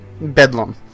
bedlam